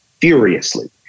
furiously